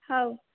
ହଉ